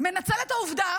מנצל את העובדה